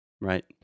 Right